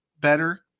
better